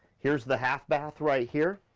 here's the half bath right here,